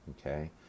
okay